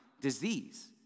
disease